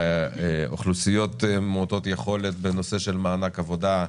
אוכלוסיות מעוטות יכולת בנושא של מענק עבודה,